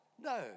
No